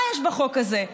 מה יש בחוק הזה?